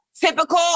typical